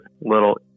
little